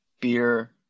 beer